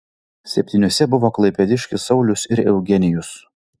septyniuose buvo klaipėdiškis saulius ir eugenijus